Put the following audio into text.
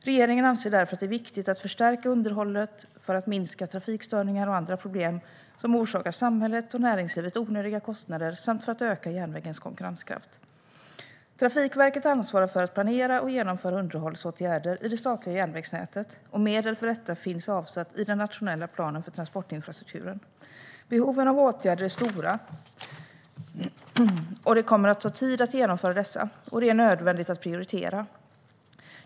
Regeringen anser därför att det är viktigt att förstärka underhållet för att minska trafikstörningar och andra problem som orsakar samhället och näringslivet onödiga kostnader samt för att öka järnvägens konkurrenskraft. Trafikverket ansvarar för att planera och genomföra underhållsåtgärder i det statliga järnvägsnätet, och medel för detta finns avsatt i den nationella planen för transportinfrastrukturen. Behoven av åtgärder är stora. Det kommer att ta tid att genomföra dessa, och det är nödvändigt att prioritera.